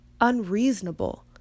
unreasonable